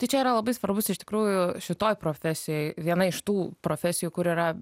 tai čia yra labai svarbus iš tikrųjų šitoj profesijoj viena iš tų profesijų kur yra